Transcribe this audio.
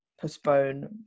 postpone